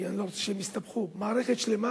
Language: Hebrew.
כי אני לא רוצה שהם יסתבכו, מערכת שלמה